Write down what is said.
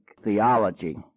theology